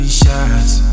shots